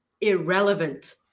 irrelevant